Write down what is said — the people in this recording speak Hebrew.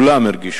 כולם הרגישו.